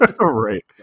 Right